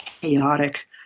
chaotic